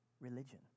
religion